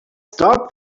stop